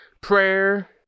prayer